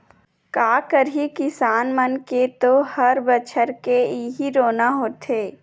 का करही किसान मन के तो हर बछर के इहीं रोना होथे